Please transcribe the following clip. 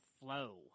Flow